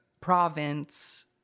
province